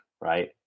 right